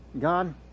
God